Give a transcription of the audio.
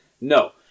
No